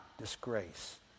disgrace